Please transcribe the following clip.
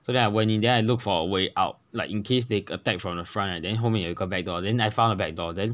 so then I went then I look for a way out like in case they attack from the front then 后面有一个 back door then I found a back door then